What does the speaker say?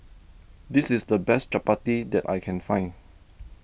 this is the best Chapati that I can find